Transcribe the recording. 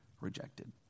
rejected